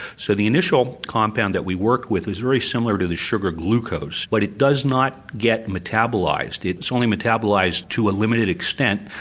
so the initial compound that we work with is very similar to the sugar glucose but it does not get metabolised, it's only metabolised to a limited extent.